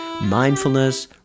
mindfulness